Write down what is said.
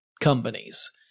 companies